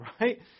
Right